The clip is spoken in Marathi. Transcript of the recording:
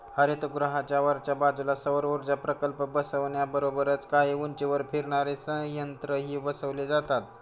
हरितगृहाच्या वरच्या बाजूला सौरऊर्जा प्रकल्प बसवण्याबरोबरच काही उंचीवर फिरणारे संयंत्रही बसवले जातात